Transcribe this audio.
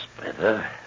better